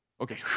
Okay